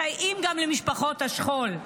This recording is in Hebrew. מסייעים גם למשפחות השכול,